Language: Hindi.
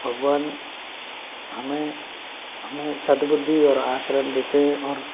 भगवान हमें हमें सद्बुद्धि और आचरण देते हैं और